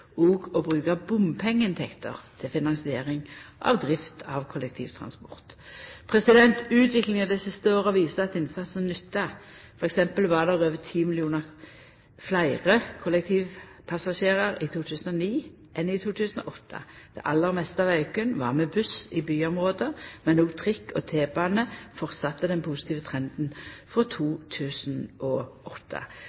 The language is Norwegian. å bruka bompengeinntekter til finansiering av drift av kollektivtransport. Utviklinga dei siste åra viser at innsatsen nyttar. For eksempel var det over 10 millionar fleire kollektivpassasjerar i 2009 enn i 2008. Det aller meste av auken var med buss i byområda, men òg trikk og T-bane førte vidare den positive trenden frå